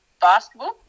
basketball